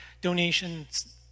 donations